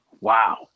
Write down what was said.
Wow